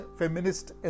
feminist